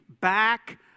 back